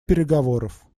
переговоров